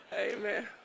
Amen